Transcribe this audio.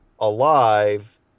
alive